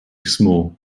small